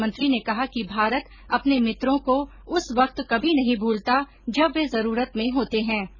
प्रधानमंत्री ने कहा कि भारत अपने मित्रों को उस वक्त कभी नहीं भूलता जब वे जरूरत में होते हैं